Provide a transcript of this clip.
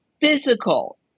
physical